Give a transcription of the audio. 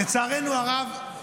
לצערנו הרב,